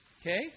okay